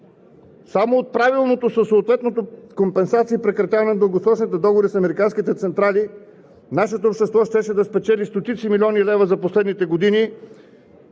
Само от правилното със съответните компенсации прекратяване на дългосрочните договори с американските централи нашето общество щеше да спечели стотици милиони левове за последните години,